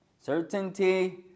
Certainty